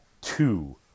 two